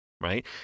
right